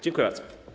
Dziękuję bardzo.